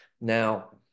Now